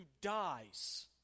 dies